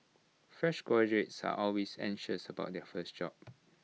fresh graduates are always anxious about their first job